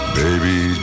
baby